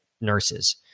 nurses